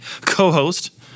co-host